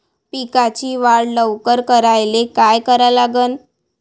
पिकाची वाढ लवकर करायले काय करा लागन?